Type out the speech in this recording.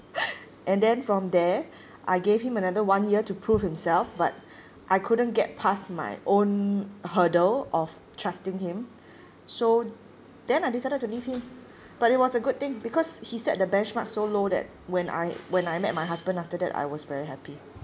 and then from there I gave him another one year to prove himself but I couldn't get past my own hurdle of trusting him so then I decided to leave him but it was a good thing because he set the benchmark so low that when I when I met my husband after that I was very happy